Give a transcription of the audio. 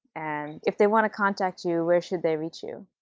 and if they want to contact you, where should they reach you?